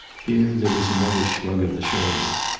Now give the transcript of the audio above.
here there was another shrug of the shoulders.